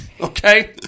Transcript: Okay